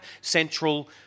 central